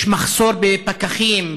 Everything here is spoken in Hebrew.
יש מחסור בפקחים,